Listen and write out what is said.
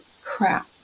crap